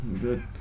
good